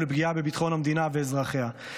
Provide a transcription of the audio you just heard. לפגיעה בביטחון המדינה ובאזרחיה.